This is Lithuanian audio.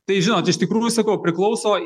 tai žinot iš tikrųjų sakau priklauso